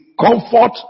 comfort